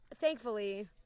thankfully